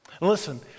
Listen